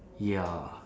ya